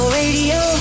radio